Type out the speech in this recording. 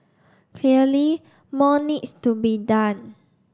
clearly more needs to be done